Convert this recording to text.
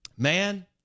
Man